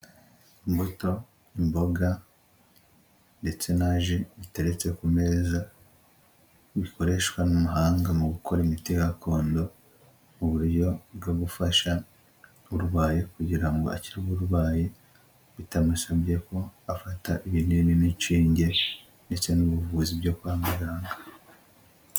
Imbuto, imboga ndetse na ji biteretse ku meza, bikoreshwa n'umuhanga mu gukora imiti gakondo, mu uburyo bwo gufasha uburwaye kugira ngo akire uburwayi, bitamusabye ko afata ibinini n'ishinge ndetse n'ubuvuzi byo kwa muganga.